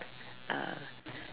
ah